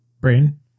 Brain